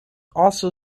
also